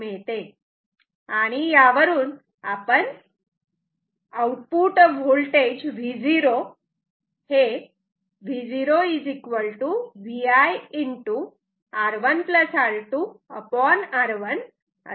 आणि त्यावरून output voltage V0 Vi R1R2R1 असे मिळते